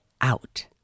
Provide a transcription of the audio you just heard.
out